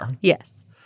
Yes